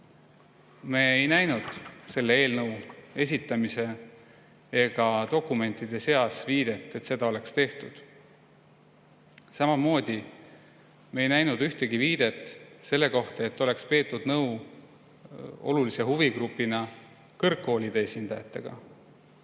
Me ei kuulnud selle eelnõu esitamisel ega näinud selle dokumentide seas viidet, et seda oleks tehtud. Samamoodi me ei näinud ühtegi viidet selle kohta, et oleks peetud nõu olulise huvigrupina kõrgkoolide esindajatega.